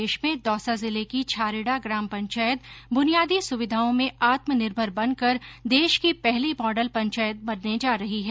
प्रदेश में दौसा जिले की छारेड़ा ग्राम पंचायत बुनियादी सुविधाओं में आत्मनिर्भर बनकर देश की पहली मॉडल पंचायत बनने जा रही है